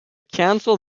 council